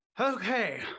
okay